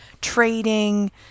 trading